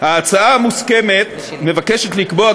ההצעה המוסכמת מבקשת לקבוע,